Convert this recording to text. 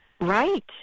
Right